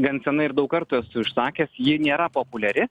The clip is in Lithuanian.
gan senai ir daug kartų esu išsakęs ji nėra populiari